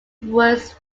was